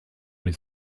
les